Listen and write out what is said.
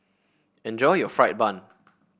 enjoy your fried bun